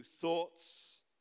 thoughts